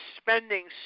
spending